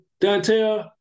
Dante